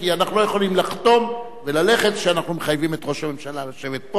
כי אנחנו לא יכולים לחתום וללכת כשאנחנו מחייבים את ראש הממשלה לשבת פה.